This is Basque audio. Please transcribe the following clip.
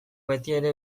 betiere